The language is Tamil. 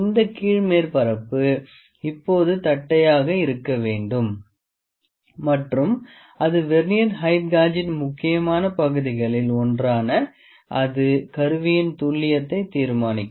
இந்த கீழ் மேற்பரப்பு இப்போது தட்டையாக இருக்க வேண்டும் மற்றும் அது வெர்னியர் ஹெயிட் காஜின் முக்கியமான பகுதிகளில் ஒன்றான அது கருவியின் துல்லியத்தை தீர்மானிக்கும்